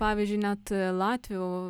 pavyzdžiui net latvių